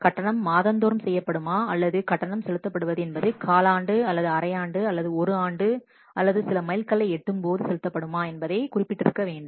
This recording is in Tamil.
கட்டணம் மாதந்தோறும் செய்யப்படுமா அல்லது கட்டணம் செலுத்தப்படுவது என்பது காலாண்டு அல்லது அரை ஆண்டு அல்லது ஒரு ஆண்டு அல்லது சில மைல்கல்லை எட்டும்போது செலுத்தப்படுமா என்பதை குறிப்பிட்டிருக்க வேண்டும்